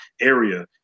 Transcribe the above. area